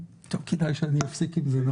כדאי שאני אפסיק עם זה.